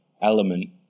element